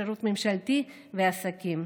השירות הממשלתי והעסקים.